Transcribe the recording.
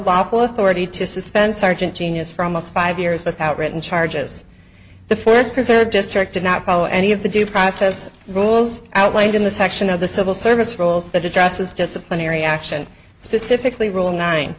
no authority to suspend sergeant genius for almost five years without written charges the first preserve district to not follow any of the due process rules outlined in the section of the civil service rules that addresses disciplinary action specifically rule nine